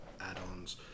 add-ons